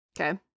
Okay